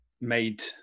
made